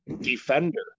Defender